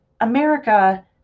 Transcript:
america